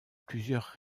plusieurs